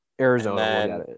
Arizona